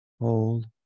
Hold